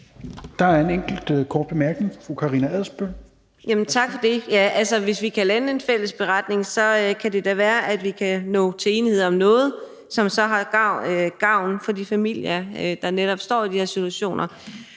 Der er en enkelt kort bemærkning. Fru Karina Adsbøl. Kl. 21:24 Karina Adsbøl (DF): Tak for det. Hvis vi kan lande en fælles beretning, kan det da være, at vi kan nå til enighed om noget, som så er til gavn for de familier, der netop står i de her situationer,